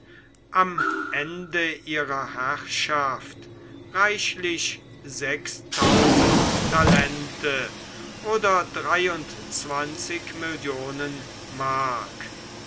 am ende ihrer herrschaft reichlich talente oder